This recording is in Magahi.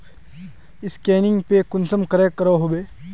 स्कैनिंग पे कुंसम करे करो होबे?